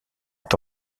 est